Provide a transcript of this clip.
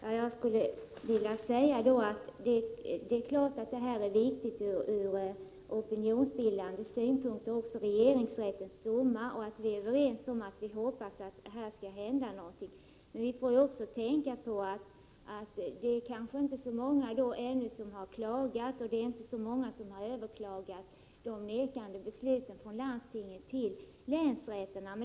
Herr talman! Det är självklart att regeringsrättens domar är viktiga ur opinionsbildande synpunkt. Vi är överens om detta, och vi hoppas att det skall hända någonting. Man måste också tänka på att det kanske ännu inte är så många som har klagat, och inte heller så många som har överklagat landstingens avslag till länsrätterna.